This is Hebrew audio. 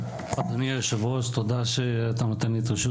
אדוני היושב-ראש, תודה שאתה נותן לי את רשות